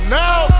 now